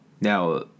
Now